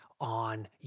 on